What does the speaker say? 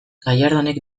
gallardonek